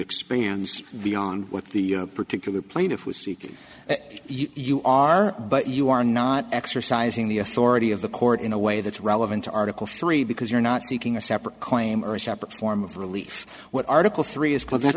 expands beyond what the particular plaintiff was seeking you are but you are not exercising the authority of the court in a way that's relevant to article three because you're not seeking a separate claim or a separate form of relief what article three is called that